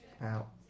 out